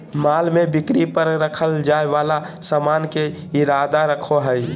माल में बिक्री पर रखल जाय वाला सामान के इरादा रखो हइ